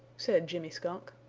said jimmy skunk.